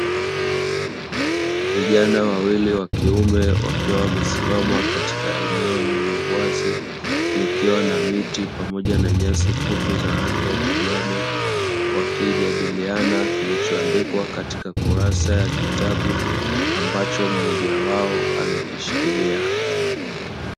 Vijana wawili wa kiume wakiwa wamesimama katika eneo lenye uwazi likiwa na miti pamoja na nyasi fupi za rangi ya kijani, wakijadiliana kilichoandikwa katika kurasa ya kitabu ambacho mmoja wao amekishikilia.